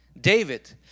David